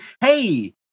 hey